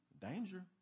Danger